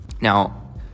now